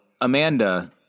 Amanda